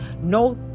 no